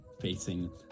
facing